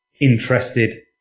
interested